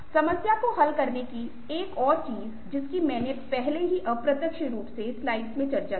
समस्या को हल करने की एक और चीज़ जिसकी मैंने पहले ही अप्रत्यक्ष रूप से स्लाइड्स मे चर्चा की है